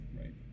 right